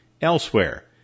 elsewhere